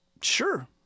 sure